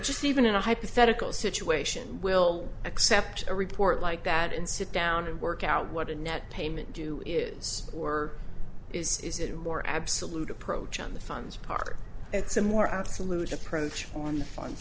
just even in a hypothetical situation will accept a report like that around and work out what a net payment due is or is is it a more absolute approach on the funds part it's a more absolute approach on the fun